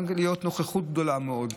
וגם להיות בנוכחות גדולה מאוד.